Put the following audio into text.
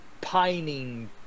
pining